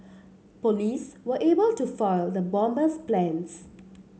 police were able to foil the bomber's plans